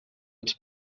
ens